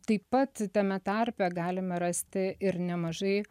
taip pat tame tarpe galime rasti ir nemažai